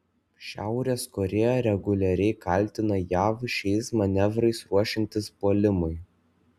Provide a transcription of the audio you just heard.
šiaurės korėja reguliariai kaltina jav šiais manevrais ruošiantis puolimui